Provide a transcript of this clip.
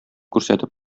күрсәтеп